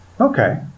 okay